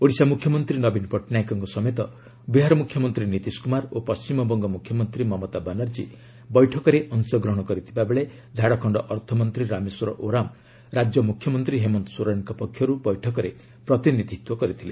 ଓଡ଼ିଶା ମୁଖ୍ୟମନ୍ତ୍ରୀ ନବୀନ ପଟ୍ଟନାୟକଙ୍କ ସମେତ ବିହାର ମୁଖ୍ୟମନ୍ତ୍ରୀ ନିତିଶ କୁମାର ଓ ପଣ୍ଟିମବଙ୍ଗ ମୁଖ୍ୟମନ୍ତ୍ରୀ ମମତା ବାନାର୍ଜୀ ବୈଠକରେ ଅଂଶଗ୍ରହଣ କରିଥିବା ବେଳେ ଝାଡ଼ଖଣ୍ଡ ଅର୍ଥମନ୍ତ୍ରୀ ରାମେଶ୍ୱର ଓରାମ ରାଜ୍ୟ ମୁଖ୍ୟମନ୍ତ୍ରୀ ହେମନ୍ତ ସୋରେନଙ୍କ ପକ୍ଷରୁ ବୈଠକରେ ପ୍ରତିନିଧିତ୍ୱ କରିଥିଲେ